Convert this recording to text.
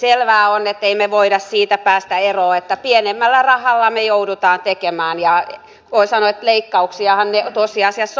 selvää on ettemme me voi päästä eroon siitä että pienemmällä rahalla me joudumme tekemään ja voin sanoa että leikkauksiahan ne tosiasiassa ovat